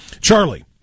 Charlie